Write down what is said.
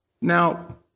Now